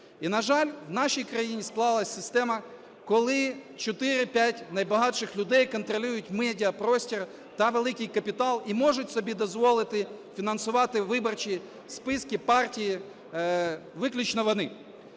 І, на жаль, в нашій країні склалась система, коли 4-5 найбагатших людей контролюють медіапростір та великий капітал, і можуть собі дозволити фінансувати виборчі списки, партії виключно вони.